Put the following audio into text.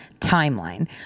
timeline